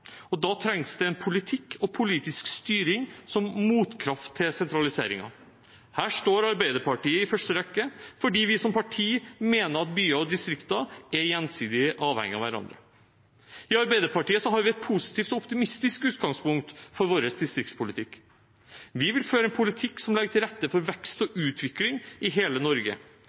på. Da trengs det en politikk og politisk styring som motkraft til sentraliseringen. Her står Arbeiderpartiet i første rekke fordi vi som parti mener at byer og distrikter er gjensidig avhengig av hverandre. I Arbeiderpartiet har vi et positivt og optimistisk utgangspunkt for vår distriktspolitikk. Vi vil føre en politikk som legger til rette for vekst og utvikling i hele Norge.